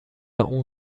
اون